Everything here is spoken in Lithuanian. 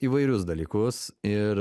įvairius dalykus ir